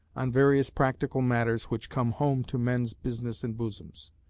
on various practical matters which come home to men's business and bosoms.